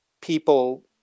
people